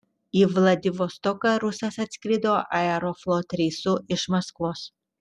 į vladivostoką rusas atskrido aeroflot reisu iš maskvos